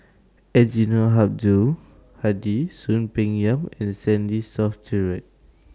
Eddino Abdul Hadi Soon Peng Yam and Stanley Toft Stewart